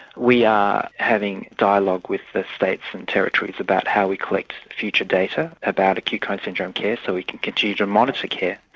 we are having dialogue with the states and territories about how we collect future data about acute coronary syndrome care, so we can continue to monitor care.